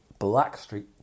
Blackstreet